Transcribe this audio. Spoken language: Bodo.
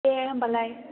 दे होनबालाय